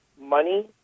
money